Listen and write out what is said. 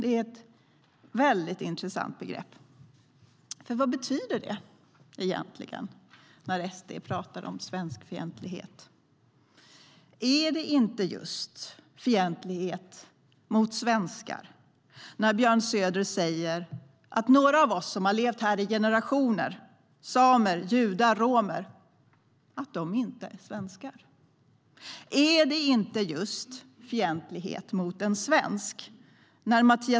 Det är ett väldigt intressant begrepp. Vad betyder det egentligen när SD pratar om svenskfientlighet? Är det inte just fientlighet mot svenskar när Björn Söder säger att några av oss som levt här i generationer - samer, judar och romer - inte är svenskar?